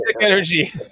energy